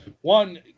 one